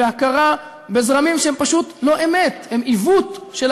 מעולם לא הכיר בזרם אחר ביהדות מלבד הזרם האורתודוקסי.